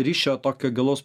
ryšio tokio gilaus